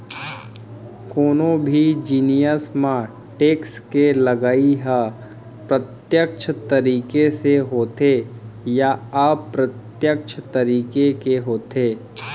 कोनो भी जिनिस म टेक्स के लगई ह प्रत्यक्छ तरीका ले होथे या अप्रत्यक्छ तरीका के होथे